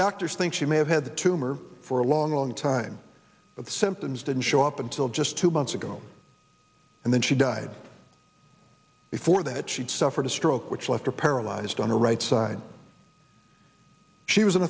doctors think she may have had tumor for a long long time of the symptoms didn't show up just two months ago and then she died before that she'd suffered a stroke which left her paralyzed on the right side she was an